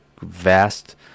vast